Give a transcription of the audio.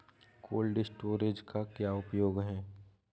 Cold storage का क्या उपयोग है?